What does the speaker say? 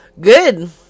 Good